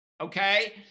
okay